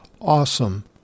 awesome